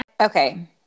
Okay